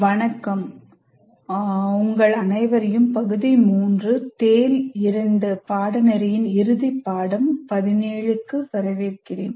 வணக்கம் மற்றும் உங்கள் அனைவரையும் TALE 2 பாடநெறியின் இறுதி பாடம் பகுதி 3 பாடம் 17க்கு வரவேற்கிறேன்